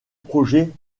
projet